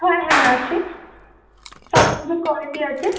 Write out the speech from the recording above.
হ্যাঁ হ্যাঁ আছে সব কোয়ালিটি আছে